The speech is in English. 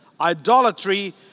idolatry